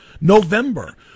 November